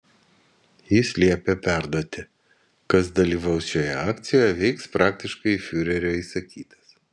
jis liepė perduoti kas dalyvaus šioje akcijoje veiks praktiškai fiurerio įsakytas